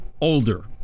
older